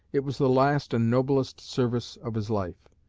it was the last and noblest service of his life.